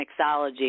mixology